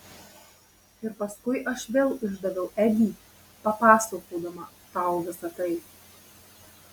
ir paskui aš vėl išdaviau edį papasakodama tau visa tai